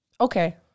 Okay